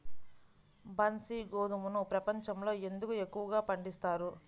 బన్సీ గోధుమను ప్రపంచంలో ఎందుకు ఎక్కువగా పండిస్తారు?